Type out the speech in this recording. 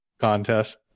contest